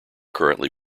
currently